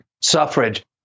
suffrage